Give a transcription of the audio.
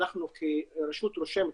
אנחנו כרשות רושמת,